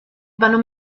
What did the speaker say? vanno